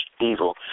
evil